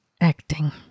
acting